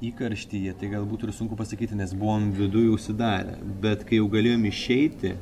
įkarštyje tai gal būtų ir sunku pasakyti nes buvom viduj užsidarę bet kai jau galėjom išeiti